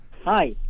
Hi